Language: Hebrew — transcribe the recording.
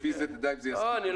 לפי זה נדע אם זה יספיק או לא.